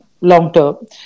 long-term